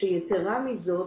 יתרה מזאת,